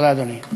תודה, אדוני.